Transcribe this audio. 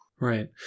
Right